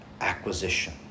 acquisition